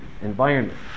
environment